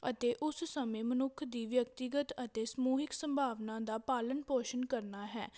ਅਤੇ ਉਸ ਸਮੇਂ ਮਨੁੱਖ ਦੀ ਵਿਅਕਤੀਗਤ ਅਤੇ ਸਮੂਹਿਕ ਸੰਭਾਵਨਾ ਦਾ ਪਾਲਣ ਪੋਸ਼ਣ ਕਰਨਾ ਹੈ